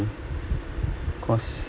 because